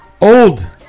Old